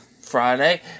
Friday